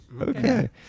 Okay